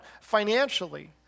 financially